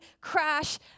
crash